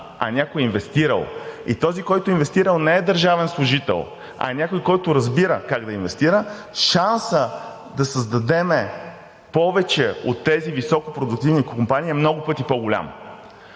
а някой е инвестирал, и този, който е инвестирал, не е държавен служител, а е някой, който разбира как да инвестира, шансът да създадем повече от тези високопродуктивни компании е много пъти по-голям.